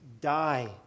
die